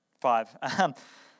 five